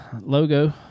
logo